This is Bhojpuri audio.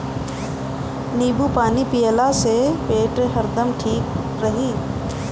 नेबू पानी पियला से पेट हरदम ठीक रही